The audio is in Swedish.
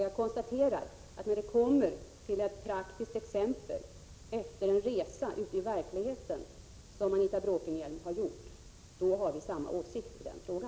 Jag konstaterar att när det kommer till ett praktiskt exempel, t.ex. efter en resa ute i verkligheten som den Anita Bråkenhielm hade gjort, då har vi samma uppfattning.